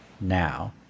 now